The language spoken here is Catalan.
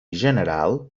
general